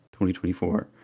2024